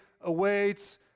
awaits